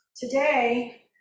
today